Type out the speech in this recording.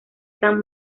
san